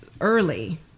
early